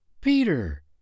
Peter